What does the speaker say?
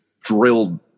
drilled